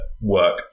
work